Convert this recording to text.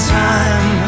time